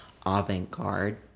avant-garde